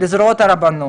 לזרועות הרבנות.